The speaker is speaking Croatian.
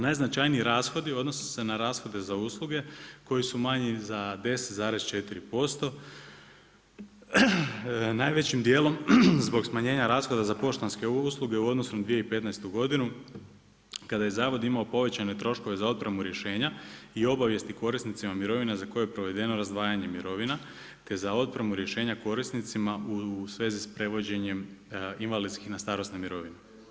Najznačajniji rashodi odnose se na rashode za usluge koji su manji za 10,4% najvećim dijelom zbog smanjenja rashoda za poštanske usluge u odnosu na 2015. godinu kada je Zavod imao povećane troškove za otpremu rješenja i obavijesti korisnicima mirovina za koje je provedeno razdvajanje mirovina, te za otpremu rješenja korisnicima u svezi s prevođenjem invalidskih na starosne mirovine.